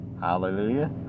Hallelujah